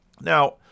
Now